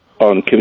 on